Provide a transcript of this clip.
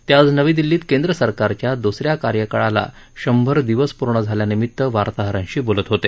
ते आज नवी दिल्लीत केंद्रसरकारच्या दुस या कार्यकाळाला शंभर दिवस पूर्ण झाल्यानिमित्त वार्ताहरांशी बोलत होते